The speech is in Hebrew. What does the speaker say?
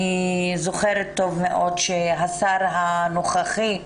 אני זוכרת טוב מאוד שהשר הנוכחי,